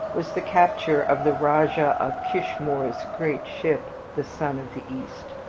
was the capture of the rajah of kishmoor's great ship, the sun of the east.